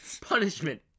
punishment